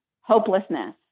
hopelessness